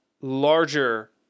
larger